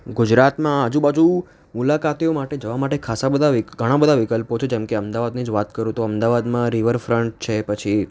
ગુજરાતમાં આજુબાજુ મુલાકાતીઓ માટે જવા માટે ખાસ્સા બધાં વિક ઘણા બધા વિકલ્પો છે જેમકે અમદાવાદની જ વાત કરું તો અમદાવાદમાં રિવર ફ્રન્ટ છે પછી